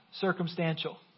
circumstantial